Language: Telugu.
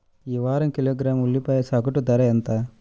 ఈ వారం కిలోగ్రాము ఉల్లిపాయల సగటు ధర ఎంత?